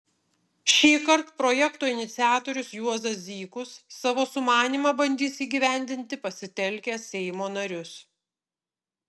šįkart projekto iniciatorius juozas zykus savo sumanymą bandys įgyvendinti pasitelkęs seimo narius